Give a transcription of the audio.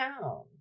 town